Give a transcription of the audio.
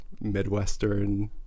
Midwestern